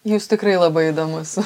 jūs tikrai labai įdomus